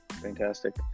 Fantastic